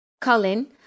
Colin